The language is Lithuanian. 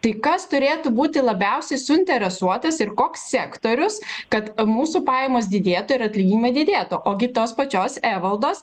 tai kas turėtų būti labiausiai suinteresuotas ir koks sektorius kad mūsų pajamos didėtų ir atlyginimai didėtų o gi tos pačios evaldos